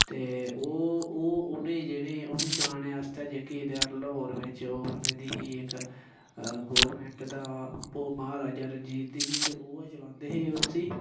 ते ओह् ओह् उ'नें ई जेह्ड़ी उनें ई चलाने आस्तै जेह्की ल्हौर बिच ओह् बनी दी ही इक गौरमैंट दा ओह् महाराजा रंजीत दी ही ते ओह् चलांदे हे उसी